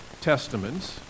testaments